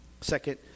Second